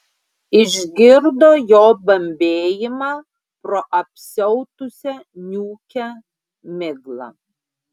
išgirdo jo bambėjimą pro apsiautusią niūkią miglą